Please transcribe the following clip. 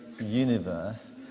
universe